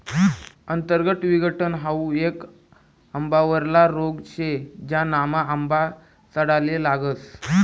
अंतर्गत विघटन हाउ येक आंबावरला रोग शे, ज्यानामा आंबा सडाले लागस